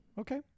Okay